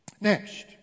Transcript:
Next